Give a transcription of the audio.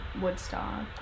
Woodstock